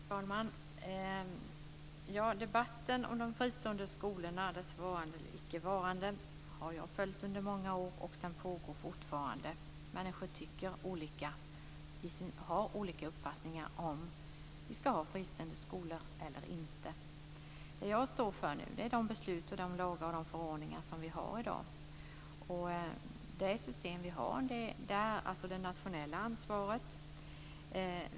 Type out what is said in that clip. Fru talman! Jag har följt debatten om de fristående skolorna och deras varande eller icke varande under många år, och den pågår fortfarande. Människor har olika uppfattningar om vi ska ha fristående skolor eller inte. Det jag står för nu är de beslut, de lagar och de förordningar som vi har i dag. Det system vi har i dag innebär ett nationellt ansvar.